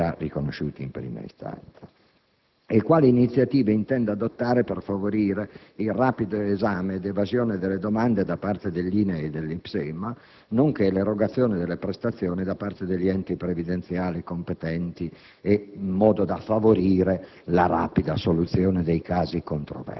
il Ministero intenda adottare per favorire il rapido esame ed evasione delle domande da parte dell'INAIL e dell'IPSEMA, nonché l'erogazione delle prestazioni da parte degli enti previdenziali competenti, in modo da favorire la rapida soluzione dei casi controversi.